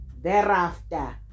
thereafter